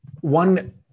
one